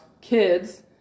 kids